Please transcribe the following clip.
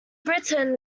britain